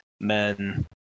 men